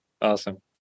awesome